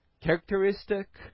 characteristic